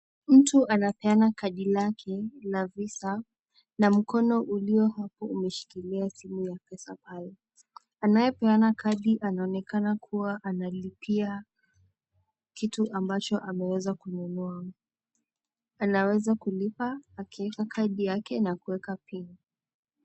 Mtu anapeana kadi lake la Visa na mkono ulio hapo umeshikilia simu ya pesa pale, anayepeana kadi anaonekana kuwa analipia kitu ambacho ameweza kununua, anaweza kulipa akieka kadi yake na kuweka pin .